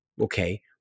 Okay